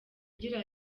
agira